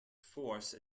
force